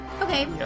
okay